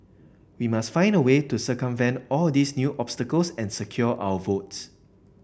we must find a way to circumvent all these new obstacles and secure our votes